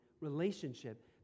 relationship